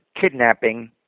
kidnapping